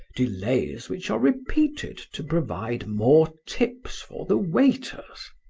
delays which are repeated to provide more tips for the waiters.